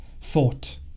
thought